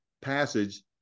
passage